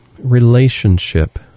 Relationship